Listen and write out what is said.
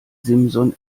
simson